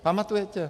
Pamatujete?